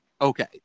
Okay